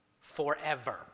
forever